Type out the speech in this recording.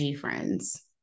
friends